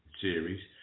series